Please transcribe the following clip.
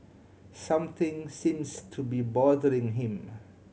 something seems to be bothering him